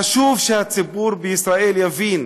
חשוב שהציבור בישראל יבין